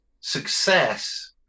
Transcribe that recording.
success